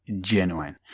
genuine